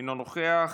אינו נוכח,